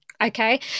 Okay